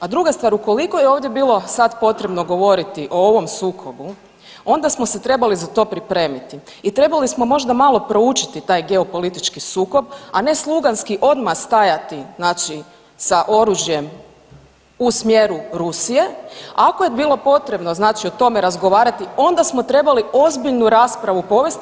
A druga stvar, ukoliko je ovdje bilo sad potrebno govoriti o ovom sukobu onda smo se trebali za to pripremiti i trebali smo možda malo proučiti taj geopolitički sukob, a ne sluganski odmah stajati sa oružjem u smjeru Rusije, ako je bilo potrebno o tome razgovarati onda smo trebali ozbiljnu raspravu povesti.